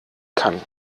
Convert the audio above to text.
kann